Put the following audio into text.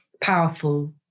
powerful